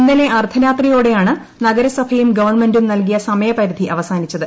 ഇന്നലെ അർദ്ധരാത്രിയോടെയാണ് നഗരസഭയും ഗവൺമെന്റും നൽകിയ സമയപരിധി അവസാനിച്ചത്